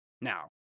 now